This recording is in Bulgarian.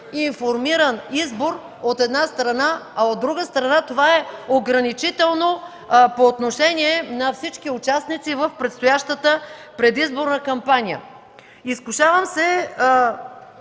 информиран избор, от една страна, а от друга страна – това е ограничително по отношение на всички участници в предстоящата предизборна кампания. Изкушавам се